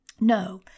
no